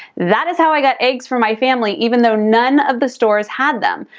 that is how i got eggs for my family even though none of the stores had them.